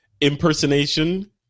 impersonation